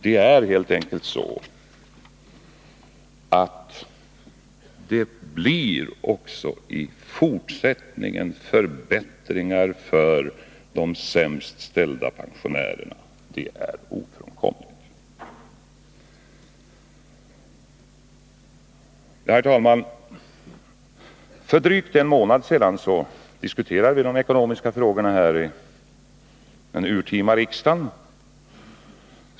Det är helt enkelt så att det även i fortsättningen kommer att bli förbättringar för de sämst ställda pensionärerna. Det är ett ofrånkomligt resultat av den nuvarande regeringens politik. Herr talman! För drygt en månad sedan diskuterade vi vid det urtima riksmötet de ekonomiska frågorna.